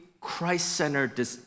Christ-centered